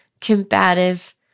combative